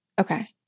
Okay